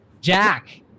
Jack